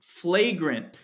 flagrant